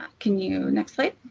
can you next slide.